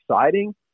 exciting